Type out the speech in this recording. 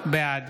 בעד